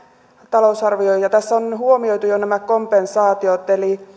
talousarvio ja tässä on huomioitu jo nämä kompensaatiot eli